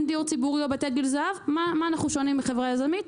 אין דיור ציבורי בבתי גיל זהב במה אנחנו שונים מחברה יזמית?